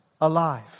alive